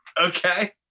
Okay